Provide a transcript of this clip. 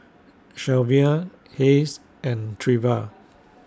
Shelvia Hayes and Treva